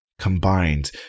combined